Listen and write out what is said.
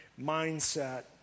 mindset